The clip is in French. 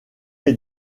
est